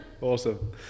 Awesome